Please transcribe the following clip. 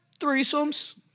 threesomes